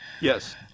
yes